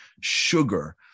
sugar